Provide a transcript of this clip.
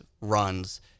runs